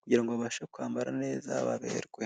kugira babashe kwambara neza, baberwe.